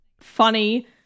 funny